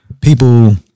People